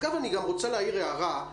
אגב, אני רוצה להעיר הערה.